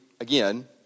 again